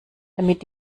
damit